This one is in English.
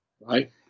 Right